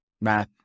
math